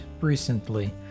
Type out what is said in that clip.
recently